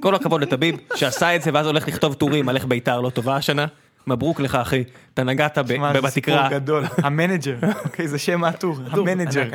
כל הכבוד לתביב שעשה את זה ואז הולך לכתוב תורים הולך בית"ר לא טובה שנה מברוק לך אחי אתה נגעת בתיקרה גדול המנאג'ר איזה שם עטור המנאג'ר המנאג'ר.